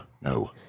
no